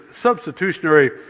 substitutionary